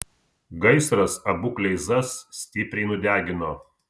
gaisras abu kleizas stipriai nudegino